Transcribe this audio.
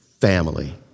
family